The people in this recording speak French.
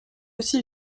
aussi